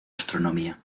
astronomía